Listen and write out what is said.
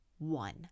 One